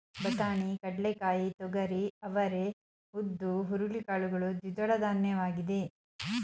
ಬಟಾಣಿ, ಕಡ್ಲೆಕಾಯಿ, ತೊಗರಿ, ಅವರೇ, ಉದ್ದು, ಹುರುಳಿ ಕಾಳುಗಳು ದ್ವಿದಳಧಾನ್ಯವಾಗಿದೆ